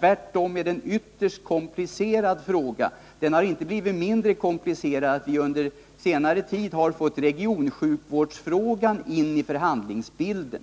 Tvärtom är det en synnerligen komplicerad fråga, och den har inte blivit mindre komplicerad genom att vi under senare tid har fått frågan om regionsjukvården in i förhandlingsbilden.